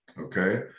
okay